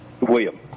William